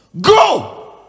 Go